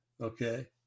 okay